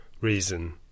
reason